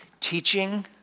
Teaching